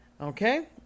Okay